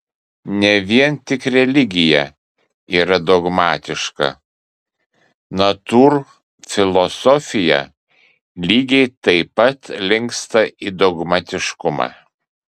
ne vien tik religija yra dogmatiška natūrfilosofija lygiai taip pat linksta į dogmatiškumą